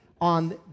on